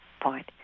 point